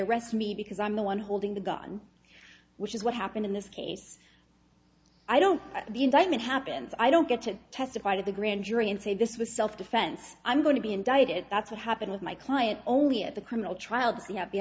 arrest me because i'm the one holding the gun which is what happened in this case i don't the indictment happens i don't get to testify to the grand jury and say this was self defense i'm going to be indicted that's what happened with my client only at the criminal trial